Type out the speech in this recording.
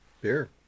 Beer